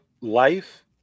life